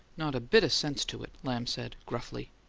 not a bit of sense to it! lamb said, gruffly.